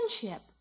friendship